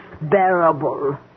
bearable